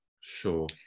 Sure